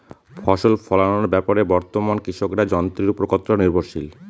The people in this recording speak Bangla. ফসল ফলানোর ব্যাপারে বর্তমানে কৃষকরা যন্ত্রের উপর কতটা নির্ভরশীল?